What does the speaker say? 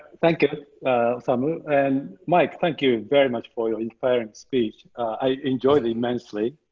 thank you osamu. and mike, thank you very much for your inspiring speech. i enjoyed immensely.